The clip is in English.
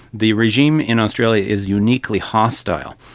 the regime in australia is uniquely hostile.